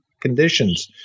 conditions